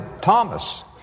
Thomas